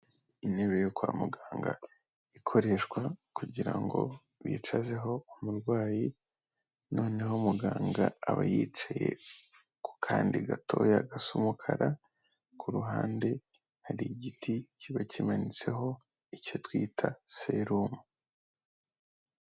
Intebe yo kwa muganga ikoreshwa kugira ngo bicazeho umurwayi, noneho muganga aba yicaye ku kandi gatoya gasa umukara, ku ruhande hari igiti kiba kimanitseho icyo twita serumu.